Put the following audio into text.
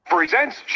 Presents